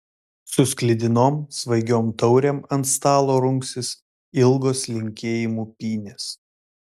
su sklidinom svaigiom taurėm ant stalo rungsis ilgos linkėjimų pynės